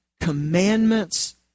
commandments